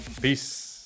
Peace